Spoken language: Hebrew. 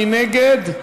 מי נגד?